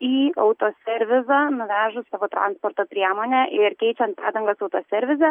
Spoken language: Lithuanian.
į autoservizą nuvežus savo transporto priemonę ir keičiant padangas autoservize